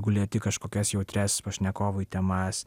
jeigu lieti kažkokias jautrias pašnekovui temas